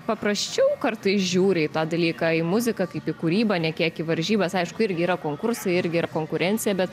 paprasčiau kartais žiūri į tą dalyką į muziką kaip į kūrybą ne kiek į varžybas aišku irgi yra konkursai irgi yra konkurencija bet